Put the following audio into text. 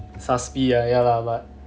suspi~ lah ya lah but